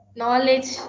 knowledge